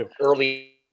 early